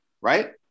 right